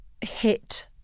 hit